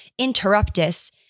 interruptus